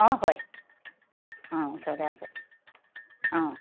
অঁ হয় অঁ ওচৰতে আছে অঁ